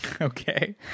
okay